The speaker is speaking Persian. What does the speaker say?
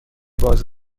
باز